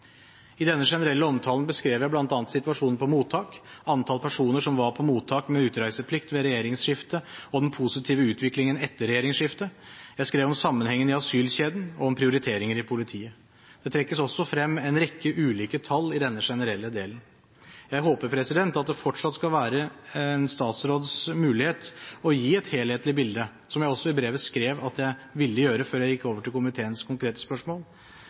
I denne generelle omtalen beskrev jeg bl.a. situasjonen på mottak, antall personer som var på mottak med utreiseplikt ved regjeringsskiftet, og den positive utviklingen etter regjeringsskiftet. Jeg skrev om sammenhengen i asylkjeden og om prioriteringer i politiet. Det trekkes også frem en rekke ulike tall i denne generelle delen. Jeg håper at det fortsatt skal være en statsråds mulighet å gi et helhetlig bilde, som jeg også i brevet skrev at jeg ville gjøre før jeg gikk over til komiteens konkrete spørsmål.